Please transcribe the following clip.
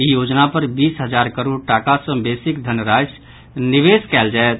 ई योजना पर बीस हजार करोड़ टाका सँ बेसीक धनराशि निवेश कयल जायत